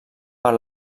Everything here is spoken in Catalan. per